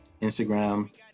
Instagram